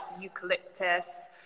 eucalyptus